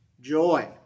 joy